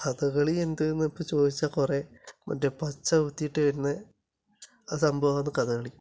കഥകളി എന്തെന്ന് ഇപ്പോൾ ചോദിച്ചാൽ കുറേ മറ്റേ പച്ച കുത്തിയിട്ട് വരുന്ന സംഭവമാണ് കഥകളി